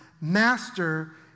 master